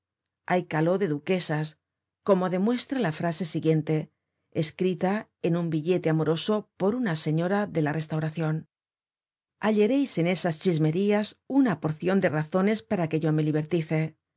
hay caló de duquesas como demuestra la siguiente frase escrita en un billete amoroso por una gran señora de la restauracion hallereis en esas chismerías una porcion de han silbado la comedia content from google book search generated at razones para que yo me libertice